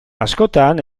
askotan